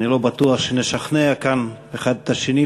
אני לא בטוח שנשכנע כאן אחד את השני,